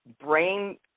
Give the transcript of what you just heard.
brain